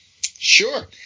Sure